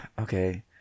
okay